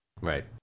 Right